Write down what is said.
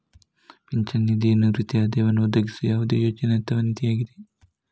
ಪಿಂಚಣಿ ನಿಧಿಯು ನಿವೃತ್ತಿ ಆದಾಯವನ್ನು ಒದಗಿಸುವ ಯಾವುದೇ ಯೋಜನೆ ಅಥವಾ ನಿಧಿಯಾಗಿದೆ